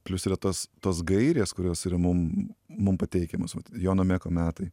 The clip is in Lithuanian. plius yra tos tos gairės kurios yra mum mum pateikiamos jono meko metai